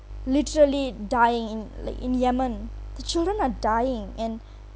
literally dying in like in yemen the children are dying and